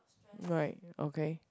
right okay